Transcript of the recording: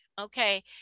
okay